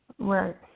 Right